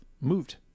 moved